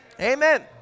amen